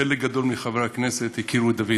חלק גדול מחברי הכנסת הכירו את דוד.